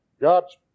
God's